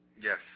Yes